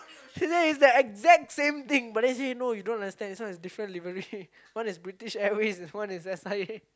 she say it's the exact same thing but then he say no you don't understand this one is different livery one is British Airways one is S_I_A